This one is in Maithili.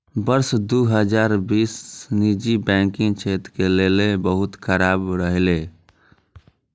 वर्ष दू हजार बीस निजी बैंकिंग क्षेत्र के लेल बहुत खराब रहलै